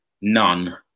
none